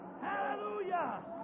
Hallelujah